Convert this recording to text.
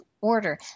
order